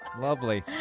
Lovely